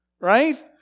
right